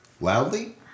Loudly